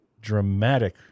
dramatic